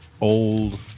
old